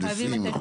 מהנדסים וכו'.